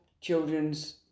children's